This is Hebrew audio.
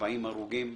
40 הרוגים.